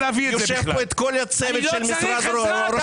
יושב פה כל הצוות של משרד ראש הממשלה --- פינדרוס,